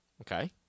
Okay